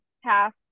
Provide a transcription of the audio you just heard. half